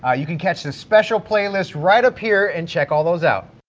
ah you can catch the special playlist right up here and check all those out.